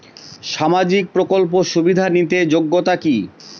সামাজিক প্রকল্প সুবিধা নিতে যোগ্যতা কি?